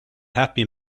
happy